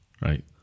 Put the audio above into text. right